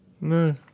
No